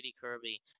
Kirby